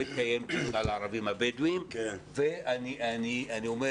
לא התקיים דיון על הערבים הבדואים ואני אומר